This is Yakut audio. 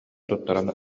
туттаран